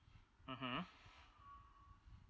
mmhmm